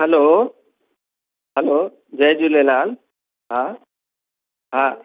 हलो hello जय झूलेलाल हा हा